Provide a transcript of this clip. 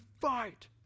fight